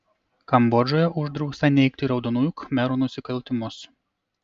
kambodžoje uždrausta neigti raudonųjų khmerų nusikaltimus